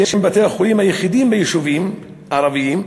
שהם בתי-החולים היחידים ביישובים הערביים,